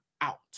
out